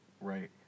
Right